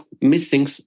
missing